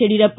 Yediyurappa